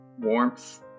warmth